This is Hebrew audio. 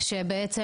שבעצם,